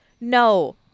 No